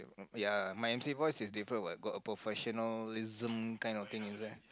ya my emcee voice is different what got a professionalism kind of thing is that